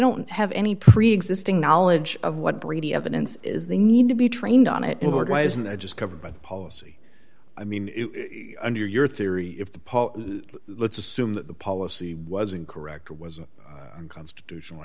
don't have any preexisting knowledge of what brady evidence is they need to be trained on it why isn't that just covered by the policy i mean under your theory if the paul let's assume that the policy was incorrect or was unconstitutional